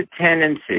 tendency